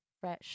fresh